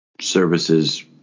services